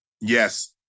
Yes